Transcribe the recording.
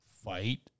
fight